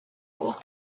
bowl